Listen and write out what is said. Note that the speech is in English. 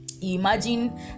imagine